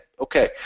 Okay